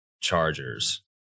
chargers